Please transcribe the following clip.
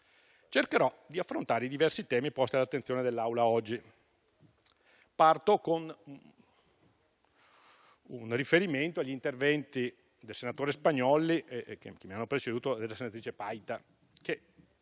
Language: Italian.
Cercherò di affrontare i diversi temi posti oggi all'attenzione dell'Assemblea. Parto con un riferimento agli interventi del senatore Spagnolli e della senatrice Paita